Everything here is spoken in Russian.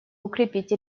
укрепить